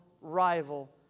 rival